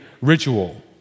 ritual